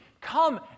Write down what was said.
Come